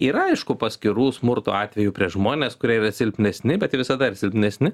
yra aišku paskirų smurto atvejų prieš žmones kurie yra silpnesni bet tai visada ir silpnesni